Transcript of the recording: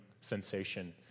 sensation